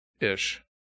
ish